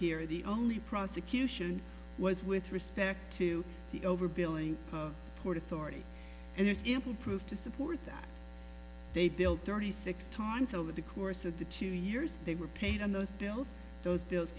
here the only prosecution was with respect to the overbilling of port authority and you simply proof to support that they built thirty six times over the course of the two years they were paid in those bills those bills